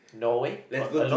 Norway or alone